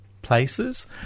places